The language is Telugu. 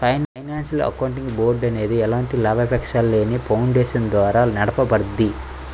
ఫైనాన్షియల్ అకౌంటింగ్ బోర్డ్ అనేది ఎలాంటి లాభాపేక్షలేని ఫౌండేషన్ ద్వారా నడపబడుద్ది